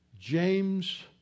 James